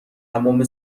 تمام